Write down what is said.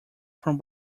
from